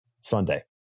Sunday